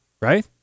Right